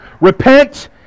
repent